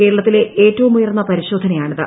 കേരളത്തിലെ ഏറ്റവും ഉയർന്ന പരിശോധനയാണിത്